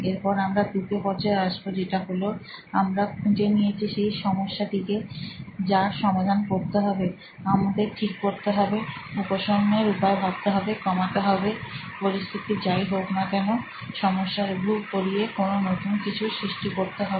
এরপর আমরা তৃতীয় পর্যায় আসবো যেটা হলো আমরা খুঁজে নিয়েছি সেই সমস্যা টিকে যার সমাধান করতে হবে আমাদের ঠিক করতে হবে উপশমের উপায় ভাবতে হবে কমাতে হবে পরিস্থিতি যাইহোক না কেন সমস্যা লঘু করিয়ে কোনো নতুন কিছুর সৃষ্টি করতে হবে